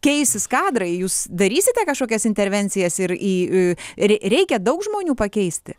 keisis kadrai jūs darysite kažkokias intervencijas ir į rei reikia daug žmonių pakeisti